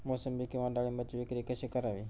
मोसंबी किंवा डाळिंबाची विक्री कशी करावी?